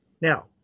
Now